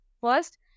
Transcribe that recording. first